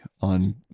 on